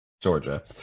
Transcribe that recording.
Georgia